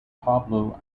pablo